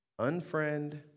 unfriend